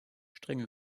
strenge